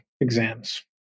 exams